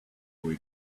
were